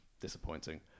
Disappointing